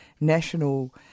national